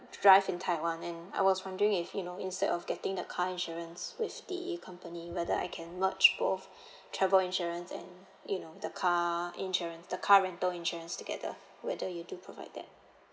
drive in taiwan and I was wondering if you know instead of getting the car insurance with the company whether I can merge both travel insurance and you know the car insurance the car rental insurance together whether you do provide that